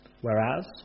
Whereas